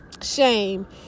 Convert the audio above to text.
shame